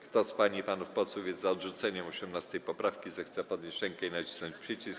Kto z pań i panów posłów jest za odrzuceniem 18. poprawki, zechce podnieść rękę i nacisnąć przycisk.